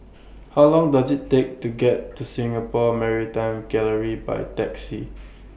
How Long Does IT Take to get to Singapore Maritime Gallery By Taxi